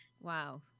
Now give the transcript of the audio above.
Wow